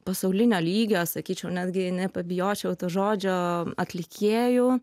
pasaulinio lygio sakyčiau netgi nepabijočiau to žodžio atlikėjų